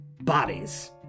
Bodies